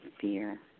fear